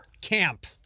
Camp